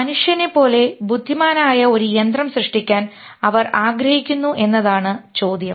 മനുഷ്യനെപ്പോലെ ബുദ്ധിമാനായ ഒരു യന്ത്രം സൃഷ്ടിക്കാൻ അവർ ആഗ്രഹിക്കുന്നു എന്നതാണ് ചോദ്യം